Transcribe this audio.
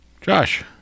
josh